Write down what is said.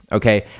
okay?